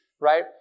right